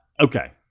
Okay